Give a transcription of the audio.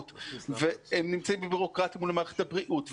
והם נמצאים בבירוקרטיה מול מערכת הבריאות,